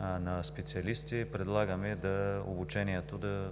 на специалисти предлагаме да не се